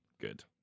Good